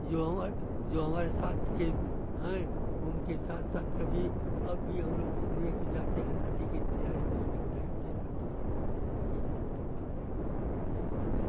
जो हमा जो हमारे साथ के हैं उनके साथ साथ कभी अब भी हम लोग घूमने को जाते हैं नदी के किनारे तो उसमें तैरते रहते हैं यही सब तो बातें है तैरने की